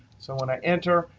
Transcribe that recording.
so when i enter,